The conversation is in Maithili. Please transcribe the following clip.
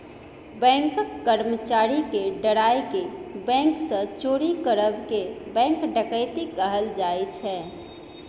बैंकक कर्मचारी केँ डराए केँ बैंक सँ चोरी करब केँ बैंक डकैती कहल जाइ छै